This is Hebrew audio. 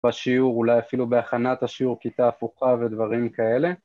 בשיעור, אולי אפילו בהכנת השיעור, כיתה הפוכה ודברים כאלה.